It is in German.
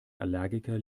allergiker